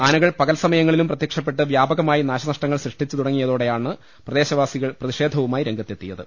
ആനകൾ പകൽസമയങ്ങളിലും പ്രത്യക്ഷപ്പെട്ട് വ്യാപകമായി നാശനഷ്ടങ്ങൾ സൃഷ്ടിച്ചു തുടങ്ങിയതോടെയാണ് പ്രദേശവാസികൾ പ്രതിഷേധവുമായി രംഗത്തെത്തിയത്